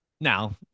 Now